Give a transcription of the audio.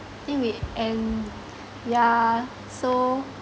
think it end yeah so